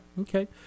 Okay